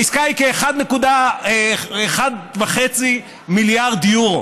העסקה היא כ-1.5 מיליארד יורו.